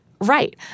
Right